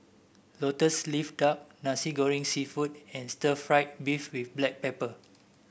lotus leaf duck Nasi Goreng seafood and Stir Fried Beef with Black Pepper